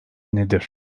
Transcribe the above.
nedir